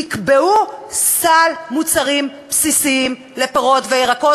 יקבעו סל מוצרים בסיסיים לפירות וירקות,